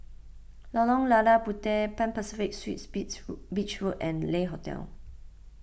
Lorong Lada Puteh Pan Pacific Suites Beach Road Beach Road and Le Hotel